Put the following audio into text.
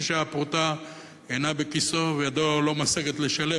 מי שהפרוטה אינה בכיסו וידו לא משגת לשלם.